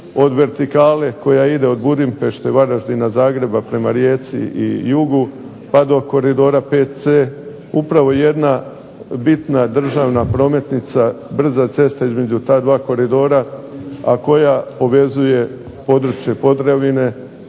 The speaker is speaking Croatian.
od vertikale koja ide od Budimpešte, Varaždina, Zagreba, prema Rijeci i jugu, pa do koridora VC upravo jedna bitna državna prometnica, brza cesta između ta dva koridora a koja povezuje područje Podravine,